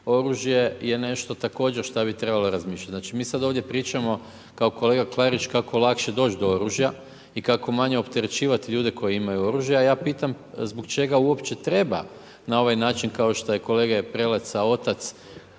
oružje je nešto također, što bi trebalo razmišljati. Znači mi sada ovdje pričamo, kao kolega Klarić, kako lakše doći do oružja i kako manje opterećivati ljude koji imaju oružje, a ja pitam, zbog čega uopće treba, na ovaj način kao što je i kolega Prelec, sa otac,